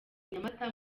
nyamata